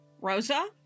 Rosa